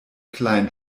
klein